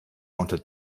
unter